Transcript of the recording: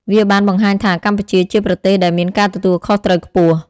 វាបានបង្ហាញថាកម្ពុជាជាប្រទេសដែលមានការទទួលខុសត្រូវខ្ពស់។